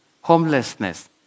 homelessness